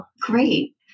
Great